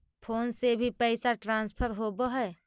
Phone से भी पैसा ट्रांसफर होवहै?